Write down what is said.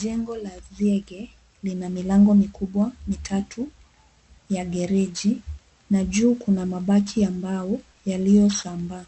Jengo la zege lina milango mikubwa mitatu ya gereji, na juu kuna mabati ya mbao yaliyosambaa.